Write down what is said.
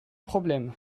problème